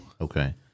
Okay